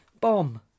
Bomb